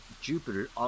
Jupiter